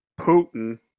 Putin